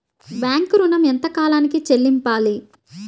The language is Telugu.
బ్యాంకు ఋణం ఎంత కాలానికి చెల్లింపాలి?